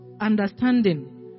understanding